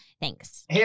Thanks